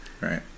Right